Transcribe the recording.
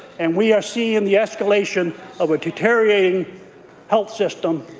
and we are seeing the escalation of a deteriorating health system,